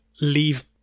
leave